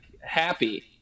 Happy